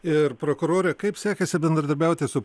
ir prokurore kaip sekasi bendradarbiauti su